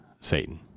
Satan